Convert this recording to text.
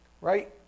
right